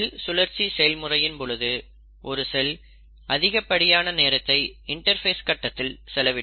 செல் சுழற்சி செயல்முறையின் பொழுது ஒரு செல் அதிகப்படியான நேரத்தை இன்டர்பேஸ் கட்டத்தில் செலவிடும்